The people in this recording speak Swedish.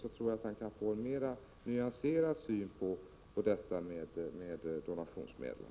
Då kan han få en mera nyanserad syn på frågan om donationsmedlen.